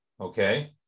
Okay